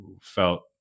felt